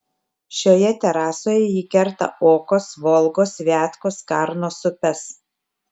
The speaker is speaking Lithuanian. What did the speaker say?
šioje terasoje ji kerta okos volgos viatkos karnos upes